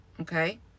okay